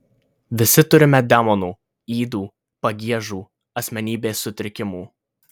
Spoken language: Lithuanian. visi turime demonų ydų pagiežų asmenybės sutrikimų